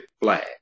flag